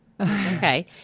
Okay